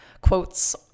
quotes